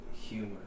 humor